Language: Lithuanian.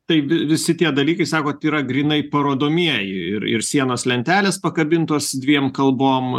taip vi visi tie dalykai sakot yra grynai parodomieji ir ir sienos lentelės pakabintos dviem kalbom